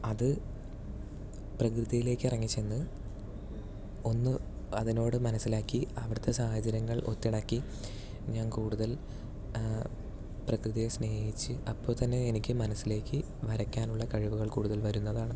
അത് പ്രകൃതിയിലേക്കിറങ്ങിച്ചെന്ന് ഒന്ന് അതിനോട് മനസ്സിലാക്കി അവിടത്തെ സാഹചര്യങ്ങൾ ഒത്തിണക്കി ഞാൻ കൂടുതൽ പ്രകൃതിയെ സ്നേഹിച്ച് അപ്പോൾത്തന്നെ എനിക്ക് മനസിലേക്ക് വരക്കാനുള്ള കഴിവുകൾ കൂടുതൽ വരുന്നതാണ്